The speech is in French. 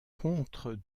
contre